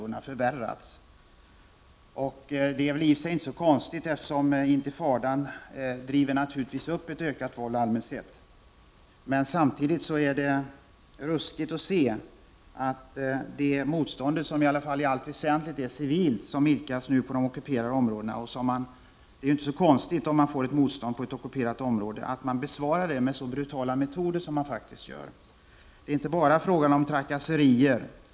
Det är i och för sig inte så konstigt. Intifadan driver naturligtvis fram en allmänt ökad aktivitet även med inslag av våld. Motståndet är dock i allt väsentligt civilt på de ockuperade områdena. Det är inte heller så konstigt att det blir motstånd inom ett ockuperat område. Samtidigt är det ruskigt att se att intifadan besvaras med så brutala metoder som faktiskt sker. Det är inte bara fråga om trakasserier.